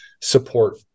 support